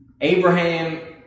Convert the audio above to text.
Abraham